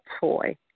toy